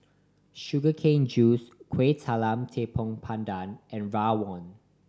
sugar cane juice Kueh Talam Tepong Pandan and rawon